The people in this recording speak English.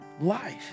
life